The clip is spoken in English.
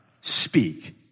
speak